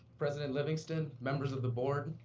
president livingston, members of the board,